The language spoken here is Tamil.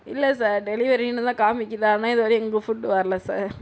இல்லை சார் டெலிவரினு தான் காமிக்கிறது ஆனால் இதுவரையும் எங்களுக்கு ஃபுட் வரல சார்